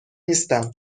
نیستم